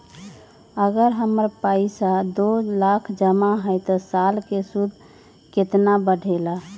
अगर हमर पैसा दो लाख जमा है त साल के सूद केतना बढेला?